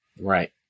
Right